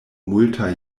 multaj